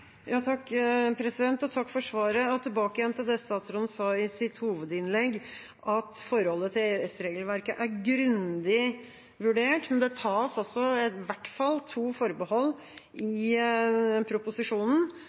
Takk for svaret – og tilbake til det statsråden sa i sitt hovedinnlegg om at forholdet til EØS-regelverket er «grundig vurdert». Men det tas i hvert fall to forbehold i proposisjonen.